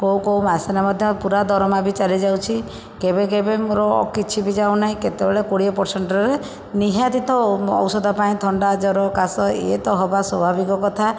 କେଉଁ କେଉଁ ମାସରେ ମଧ୍ୟ ପୁରା ଦରମା ବି ଚାଲିଯାଉଛି କେବେ କେବେ ମୋର କିଛି ବି ଯାଉ ନାହିଁ କେତେବେଳେ କୋଡ଼ିଏ ପରସେଣ୍ଟରେ ନିହାତି ତ ଔଷଧ ପାଇଁ ଥଣ୍ଡା ଜ୍ଵର କାସ ଇଏ ତ ହେବା ସ୍ୱାଭାବିକ କଥା